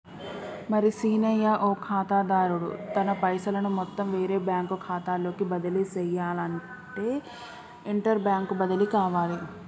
మరి సీనయ్య ఓ ఖాతాదారుడు తన పైసలను మొత్తం వేరే బ్యాంకు ఖాతాలోకి బదిలీ సెయ్యనఅంటే ఇంటర్ బ్యాంక్ బదిలి కావాలి